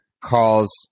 calls